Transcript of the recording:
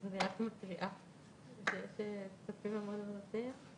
אנחנו חושבים שזה יכול לסייע ליצור מקום שיהיה בריא